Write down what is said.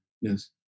Yes